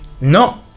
No